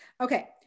Okay